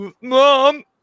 mom